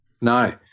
No